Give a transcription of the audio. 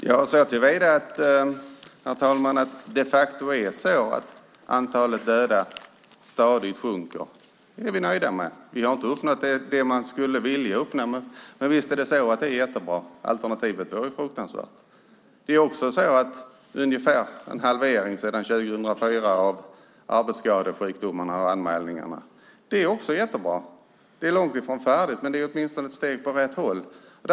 Herr talman! Att antalet döda stadigt sjunker är vi nöjda med. Vi har inte uppnått det man skulle vilja uppnå, men visst är det jättebra att antalet minskar. Alternativet vore fruktansvärt. Det har också skett en halvering sedan 2004 av antalet anmälningar om arbetsskador och sjukdomar. Det är också jättebra. Det är långt ifrån färdigt, men det är åtminstone ett steg i rätt riktning.